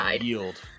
yield